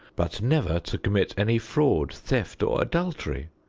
but never to commit any fraud, theft, or adultery,